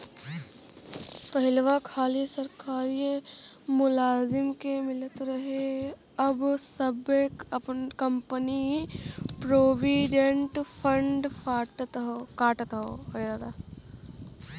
पहिलवा खाली सरकारिए मुलाजिम के मिलत रहे अब सब्बे कंपनी प्रोविडेंट फ़ंड काटत हौ